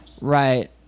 Right